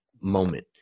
moment